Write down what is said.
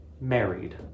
married